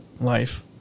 Life